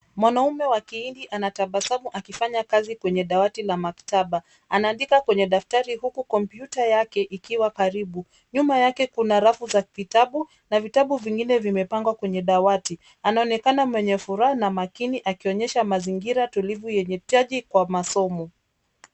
Mwanaume wa kihindi anatabasamu akifanya kazi kwenye dawati la maktaba. Anaandika kwenye daftari huku kompyuta yake ikiwa karibu. Nyuma yake kuna rafu za vitabu na vitabu vingine vimepangwa kwenye dawati. Anaonekana mwenye furaha na makini akionyesha mazingira tulivu yenye taji kwa masomo.